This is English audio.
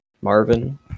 Marvin